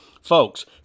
Folks